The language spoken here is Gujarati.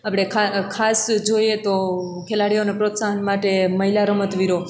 આપણે ખા ખાસ જોઈએ તો ખેલાડીઓને પ્રોત્સાહન માટે મહિલા રમતવીરો